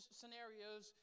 scenarios